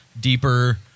deeper